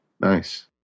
Nice